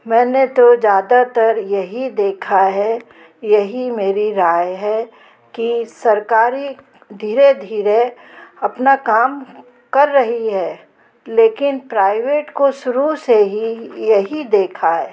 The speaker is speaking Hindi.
मैंने तो ज़्यादातर यही देखा है यही मेरी राय है कि सरकार धीरे धीरे अपना काम कर रही है लेकिन प्राइवेट को शुरू से ही यही देखा है